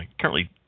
currently